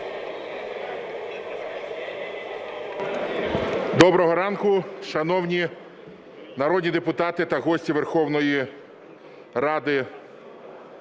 Доброго ранку, шановні народні депутати та гості Верховної Ради